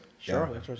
sure